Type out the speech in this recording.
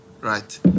right